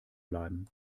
bleiben